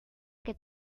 que